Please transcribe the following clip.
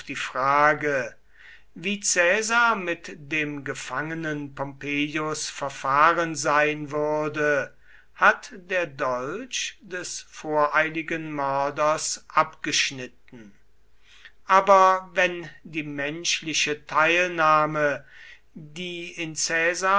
die frage wie caesar mit dem gefangenen pompeius verfahren sein würde hat der dolch des voreiligen mörders abgeschnitten aber wenn die menschliche teilnahme die in